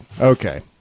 Okay